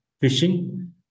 fishing